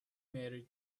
married